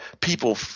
people